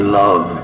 love